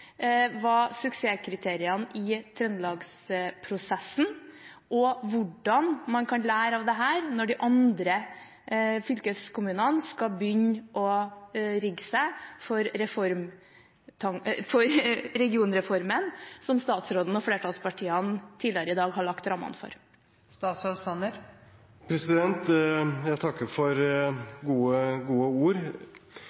var i Trøndelags-prosessen og hvordan man kan lære av dette når de andre fylkeskommunene skal begynne å rigge seg for regionreformen, som statsråden og flertallspartiene tidligere i dag har lagt rammene for. Jeg takker for